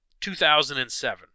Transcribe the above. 2007